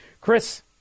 Chris